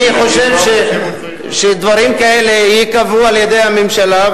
אני חושב שדברים כאלה ייקבעו על-ידי הממשלה,